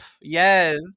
yes